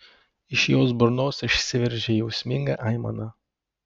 iš jos burnos išsiveržė jausminga aimana